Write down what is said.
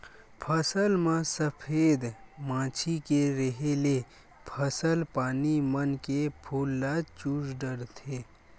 फसल म सफेद मांछी के रेहे ले फसल पानी मन के फूल ल चूस डरथे